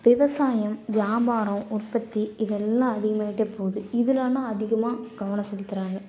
விவசாயம் வியாபாரம் உற்பத்தி இதெல்லாம் அதிகமாகிட்டே போது இதுலனா அதிகமாக கவனம் செலுத்துகிறாங்க